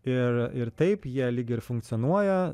ir ir taip jie lyg ir funkcionuoja